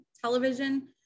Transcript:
television